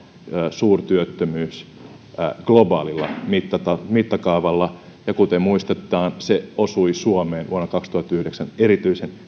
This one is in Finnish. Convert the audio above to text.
suurtyöttömyys globaalilla mittakaavalla mittakaavalla ja kuten muistetaan se osui suomeen vuonna kaksituhattayhdeksän erityisen